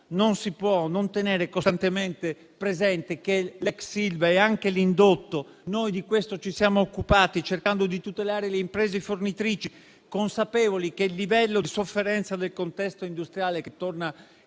non si può non tenere costantemente presente che l'ex Ilva è anche l'indotto: di questo ci siamo occupati, cercando di tutelare le imprese fornitrici, consapevoli che il livello di sofferenza del contesto industriale che gravita